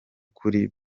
kuri